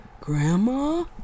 Grandma